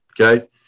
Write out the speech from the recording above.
Okay